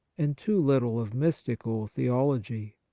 and too little of mystical theology.